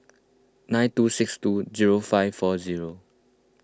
nine two six two zero five four zero